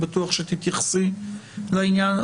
אני בטוח שתתייחסי לעניין.